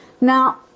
Now